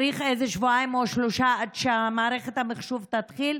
צריך איזה שבועיים או שלושה עד שמערכת המחשוב תתחיל.